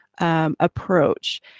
approach